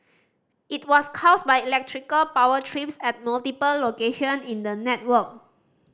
it was caused by electrical power trips at multiple location in the network